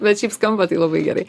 bet šiaip skamba labai gerai